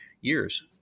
years